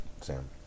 Sam